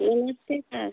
नमस्ते सर